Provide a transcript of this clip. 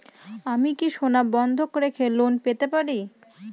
আমি কি সোনা বন্ধক রেখে লোন পেতে পারি?